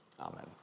Amen